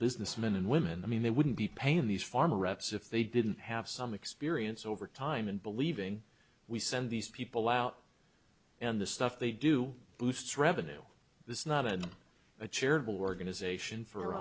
business men and women i mean they wouldn't be paying these farmer reps if they didn't have some experience over time and believing we send these people out and the stuff they do boosts revenue this is not an a charitable organization for